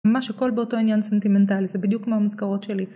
ממש הכל באותו עניין סנטימנטלי, זה בדיוק כמו המזכרות שלי.